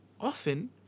Often